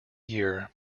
year